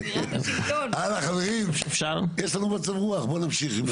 הלאה חברים, יש לנו מצב רוח, בואו נמשיך.